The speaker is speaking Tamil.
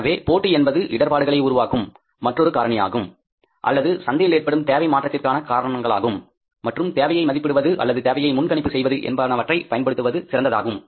எனவே போட்டி என்பது இடர்பாடுகளை உருவாக்கும் மற்றொரு காரணியாகும் அல்லது சந்தையில் ஏற்படும் தேவை மாற்றத்திற்கான காரணங்களாகும் மற்றும் தேவையை மதிப்பிடுவது அல்லது தேவையை முன்கணிப்பு செய்வது என்பனவற்றை பயன்படுத்துவது சிறந்ததாகும்